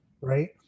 right